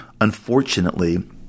unfortunately